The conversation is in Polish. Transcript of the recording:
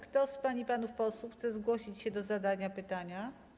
Kto z pań i panów posłów chce zgłosić się do zadania pytania?